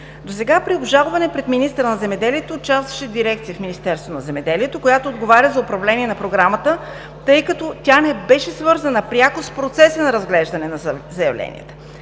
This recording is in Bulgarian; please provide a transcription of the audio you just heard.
Досега при обжалване пред министъра на земеделието участваше дирекция в Министерството на земеделието, храните и горите, която отговаря за управление на програмата, тъй като тя не беше свързана пряко с процеса на разглеждане на заявленията.